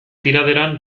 tiraderan